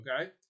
okay